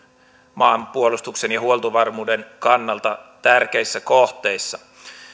maanpuolustuksen ja huoltovarmuuden kannalta tärkeissä kohteissa